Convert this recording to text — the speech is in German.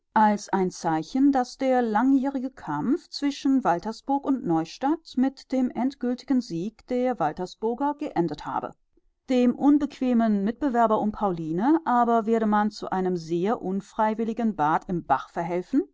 als ein zeichen daß der langjährige kampf zwischen waltersburg und neustadt mit dem endgültigen sieg der waltersburger geendet habe dem unbequemen mitbewerber um pauline aber werde man zu einem unfreiwilligen bad im bach verhelfen